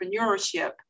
entrepreneurship